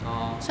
orh